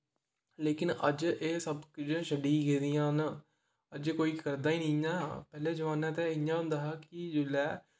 लेकिन अज्ज एह् सब कुछ छड्डी गेदियां ना अज्ज कोई करदा गै नी इ'यां पैह्ले जमान्ने ते इ'यां होदा हा कि जिसले